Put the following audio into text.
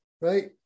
right